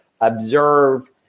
observe